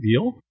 deal